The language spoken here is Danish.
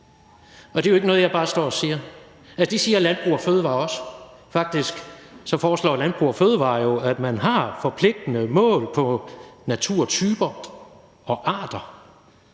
og det er jo ikke noget, jeg bare står og siger. Det siger Landbrug & Fødevarer også, faktisk foreslår Landbrug & Fødevarer jo, at man har forpligtende mål på naturtyper og -arter,